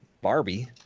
Barbie